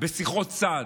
בשיחות צד,